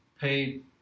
paid